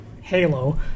Halo